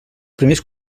primers